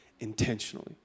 Intentionally